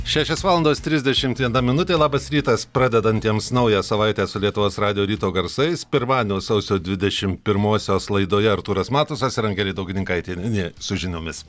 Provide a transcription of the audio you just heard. šešios valandos trisdešimt viena minutė labas rytas pradedantiems naują savaitę su lietuvos radijo ryto garsais pirmadienio sausio dvidešim pirmosios laidoje artūras matusas ir angelė daugininkaitienė su žiniomis